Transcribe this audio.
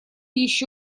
еще